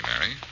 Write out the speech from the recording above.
Mary